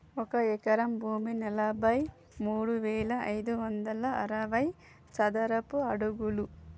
ఒక ఎకరం భూమి నలభై మూడు వేల ఐదు వందల అరవై చదరపు అడుగులు